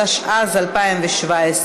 התשע"ז 2017,